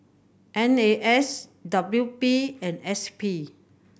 N A S W P and S P